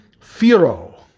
Firo